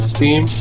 Steam